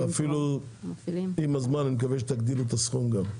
עם הזמן אני מקווה שתגדילו את הסכום גם.